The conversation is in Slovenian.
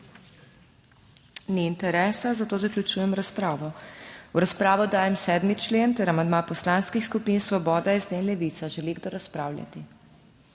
Ni interesa, zato zaključujem razpravo. V razpravo dajem 7. člen ter amandma poslanskih skupin Svoboda, SD in Levica. Želi kdo razpravljati?